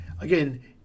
Again